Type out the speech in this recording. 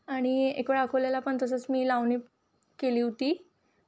आणि एकवेळ अकोल्याला पण तसंच मी लावणी केली होती